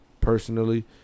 personally